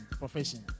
profession